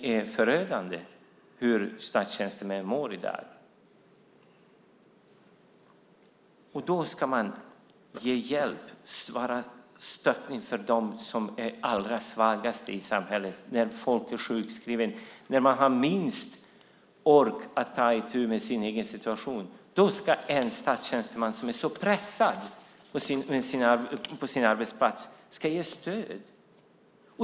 Det är förödande hur statstjänstemän mår i dag, och de ska ge hjälp och vara ett stöd för dem som är allra svagast i samhället, folk som är sjukskrivna och har liten ork när det gäller att ta itu med sin egen situation. Då ska en statstjänsteman som är så pressad på sin arbetsplats ge stöd.